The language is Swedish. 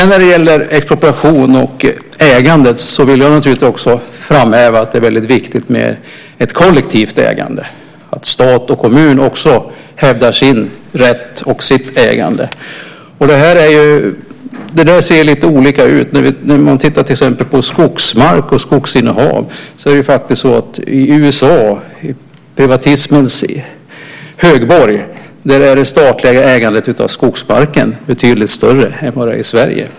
När det gäller expropriation och ägande vill jag naturligtvis framhäva att det är väldigt viktigt med ett kollektivt ägande, att stat och kommun också hävdar sin rätt och sitt ägande. Det ser lite olika ut. När man tittar på till exempel skogsmark och skogsinnehav är i USA, privatismens högborg, det statliga ägandet av skogsmarken betydligt större än vad det är i Sverige.